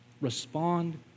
respond